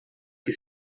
que